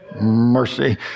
Mercy